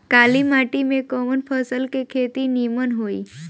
काली माटी में कवन फसल के खेती नीमन होई?